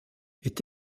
est